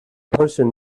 person